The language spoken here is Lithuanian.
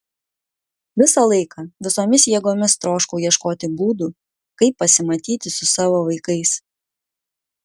visą laiką visomis jėgomis troškau ieškoti būdų kaip pasimatyti su savo vaikais